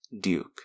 Duke